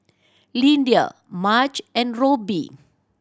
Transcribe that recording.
Lyndia Marge and Robby